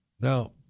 Now